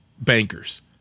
bankers